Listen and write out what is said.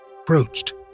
approached